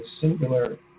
singular